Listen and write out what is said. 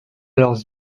leurs